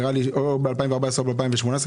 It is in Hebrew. נראה לי או ב-2014 או ב-2018,